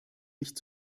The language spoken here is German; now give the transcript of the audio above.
nicht